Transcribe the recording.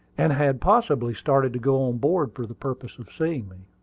and had possibly started to go on board for the purpose of seeing me.